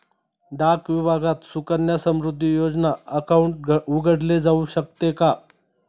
डाक विभागात सुकन्या समृद्धी योजना अकाउंट उघडले जाऊ शकते का?